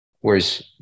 whereas